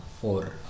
four